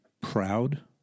proud